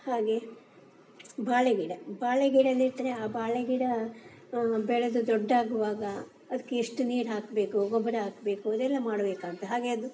ಹಾಗೇ ಬಾಳೆಗಿಡ ಬಾಳೆಗಿಡ ನೆಟ್ಟರೆ ಆ ಬಾಳೆಗಿಡ ಬೆಳೆದು ದೊಡ್ಡಾಗುವಾಗ ಅದಕ್ಕೆ ಎಷ್ಟು ನೀರು ಹಾಕಬೇಕು ಗೊಬ್ಬರ ಹಾಕ್ಬೇಕು ಅದೆಲ್ಲ ಮಾಡಬೇಕಾಗ್ತದೆ ಹಾಗೇ ಅದು